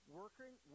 working